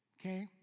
okay